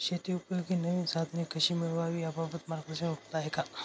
शेतीउपयोगी नवीन साधने कशी मिळवावी याबाबत मार्गदर्शन उपलब्ध आहे का?